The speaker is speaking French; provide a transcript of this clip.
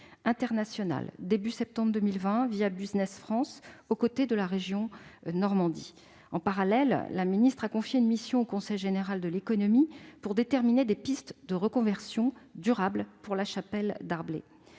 de septembre 2020, Business France, aux côtés de la région Normandie. En parallèle, ma collègue a confié une mission au Conseil général de l'économie pour déterminer des pistes de reconversion durable pour Chapelle Darblay.